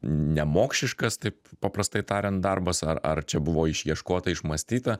nemokšiškas taip paprastai tariant darbas ar ar čia buvo išieškota išmąstyta